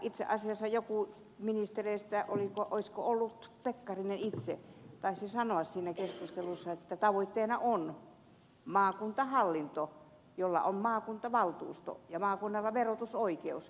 itse asiassa joku ministereistä olisiko ollut pekkarinen itse taisi sanoa siinä keskustelussa että tavoitteena on maakuntahallinto jolla on maakuntavaltuusto ja maakunnalla verotusoikeus